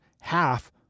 half